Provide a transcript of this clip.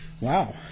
wow